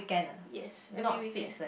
yes every weekend